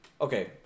Okay